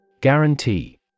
Guarantee